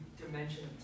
dimension